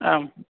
आं